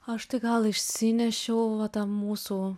aš tai gal išsinešiau tą mūsų